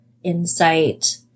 insight